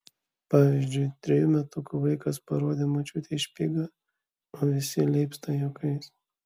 pavyzdžiui trejų metukų vaikas parodė močiutei špygą o visi leipsta juokais